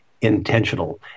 intentional